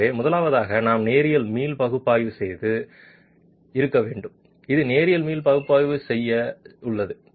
எனவே முதலாவதாக நாம் நேரியல் மீள் பகுப்பாய்வு செய்து இருக்க வேண்டும் அது நேரியல் மீள் பகுப்பாய்வு செய்ய உள்ளது